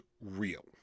real